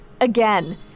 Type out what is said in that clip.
Again